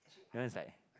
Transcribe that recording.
that one is like